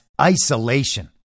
isolation